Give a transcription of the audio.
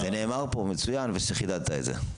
זה נאמר פה, ומצוין שחידדת את זה.